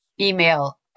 email